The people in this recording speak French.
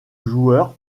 joueur